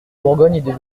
bourgogne